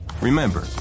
Remember